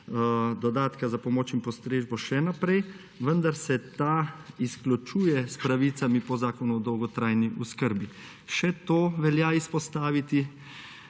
dodatka za pomoč in postrežbo še naprej, vendar se ta izključuje s pravicami po zakonu o dolgotrajni oskrbi. Še to velja izpostaviti,